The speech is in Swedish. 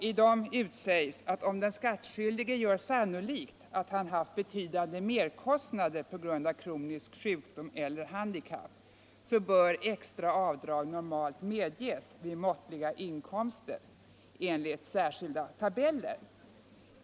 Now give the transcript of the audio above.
I dessa utsägs att om den skattskyldige gör sannolikt att han haft betydande merkostnader på grund av kronisk sjukdom eller handikapp bör extra avdrag normalt medges vid måttliga inkomster enligt särskilda tabeller.